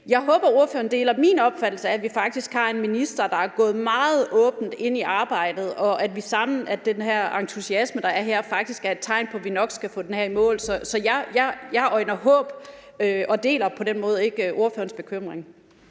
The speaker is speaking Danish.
Jeg håber, ordføreren deler min opfattelse af det, nemlig at vi faktisk har en minister, der er gået meget åbent ind i arbejdet, og at den her entusiasme, der er her, faktisk er et tegn på, at vi nok skal få den her i mål sammen. Så jeg øjner håb og deler på den måde ikke ordførerens bekymring.